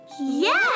Yes